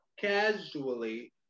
casually